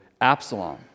Absalom